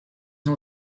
ont